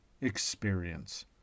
experience